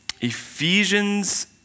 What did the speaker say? Ephesians